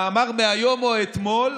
מאמר מהיום או אתמול,